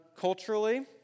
culturally